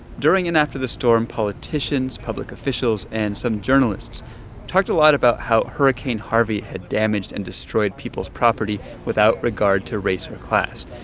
during and after the storm, politicians, public officials and some journalists talked a lot about how hurricane harvey had damaged and destroyed people's property without regard to race or class.